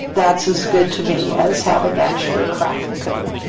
that's as good to me as having actually cracked the code.